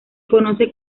conoce